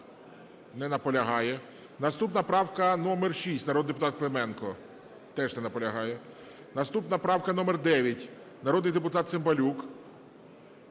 Не наполягає. Наступна правка номер 6, народний депутат Клименко. Теж не наполягає. Наступна правка номер 9, народний депутат Цимбалюк.